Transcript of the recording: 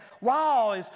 wow